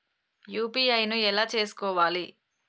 UPI ను ఎలా చేస్కోవాలి?